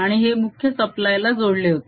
आणि हे मुख्य सप्लायला जोडले होते